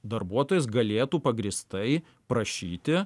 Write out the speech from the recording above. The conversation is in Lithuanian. darbuotojas galėtų pagrįstai prašyti